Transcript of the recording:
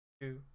two